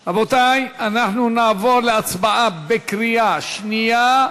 רבותי, אנחנו נעבור להצבעה בקריאה שנייה.